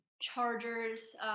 Chargers